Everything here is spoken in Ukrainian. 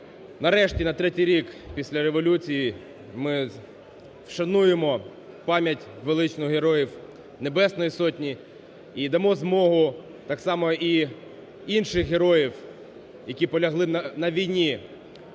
нарешті, на третій рік після революції ми вшануємо пам'ять величну Героїв Небесної Сотні і дамо змогу так само і інших героїв, які полягли на війні